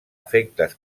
efectes